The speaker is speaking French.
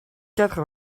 quatre